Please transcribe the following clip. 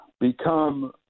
become